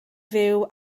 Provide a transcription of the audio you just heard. fyw